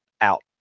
out